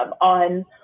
on